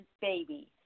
baby